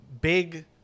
big